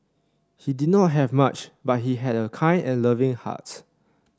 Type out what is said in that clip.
he did not have much but he had a kind and loving heart